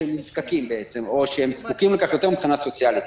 הם נזקקים או שהם זקוקים לכך יותר מבחינה סוציאלית.